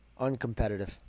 Uncompetitive